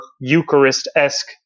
Eucharist-esque